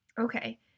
Okay